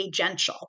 agential